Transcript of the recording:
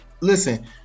listen